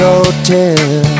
Hotel